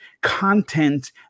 content